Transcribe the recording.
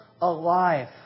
alive